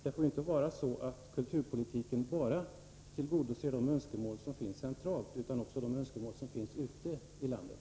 Det får inte vara så att kulturpolitiken tillgodoser bara de önskemål som finns centralt. Den måste också tillgodose de önskemål som finns ute i landet.